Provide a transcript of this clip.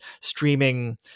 streaming